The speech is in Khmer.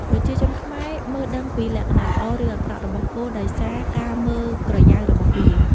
ប្រជាជនខ្មែរមើលដឹងពីលក្ខណៈល្អ ឬអាក្រក់របស់គោដោយសារការមើលក្រយៅរបស់វា។